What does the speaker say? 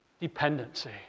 dependency